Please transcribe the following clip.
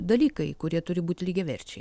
dalykai kurie turi būti lygiaverčiai